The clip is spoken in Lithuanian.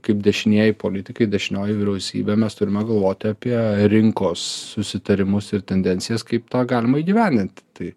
kaip dešinieji politikai dešinioji vyriausybė mes turime galvoti apie rinkos susitarimus ir tendencijas kaip tą galima įgyvendint tai